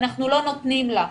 אנחנו לא נותנים לה.